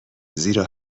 زیرا